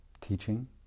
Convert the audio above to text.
teaching